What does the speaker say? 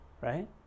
right